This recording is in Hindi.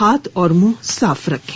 हाथ और मुंह साफ रखें